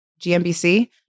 GMBC